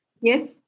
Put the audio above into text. yes